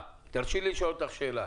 תרשי לי לשאול אותך שאלה.